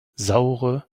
saure